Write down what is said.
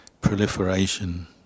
proliferation